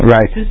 Right